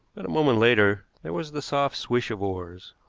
but a moment later there was the soft swish of oars,